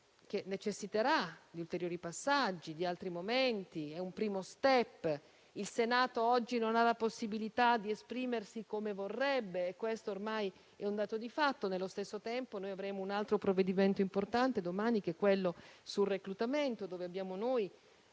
esame necessiterà di ulteriori passaggi e altri momenti. Questo è un primo *step*. Il Senato oggi non ha la possibilità di esprimersi come vorrebbe e questo ormai è un dato di fatto; allo stesso tempo domani dovremo esaminare un altro provvedimento importante, che è quello sul reclutamento, dove abbiamo